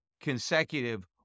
consecutive